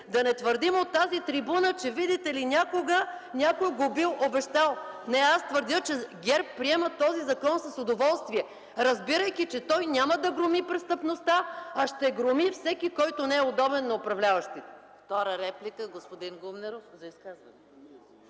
да не твърдим от тази трибуна, че, видите ли, някога, някой го бил обещал. Не, аз твърдя, че ГЕРБ приема този закон с удоволствие, разбирайки, че той няма да громи престъпността, а ще громи всеки, който не е удобен на управляващите.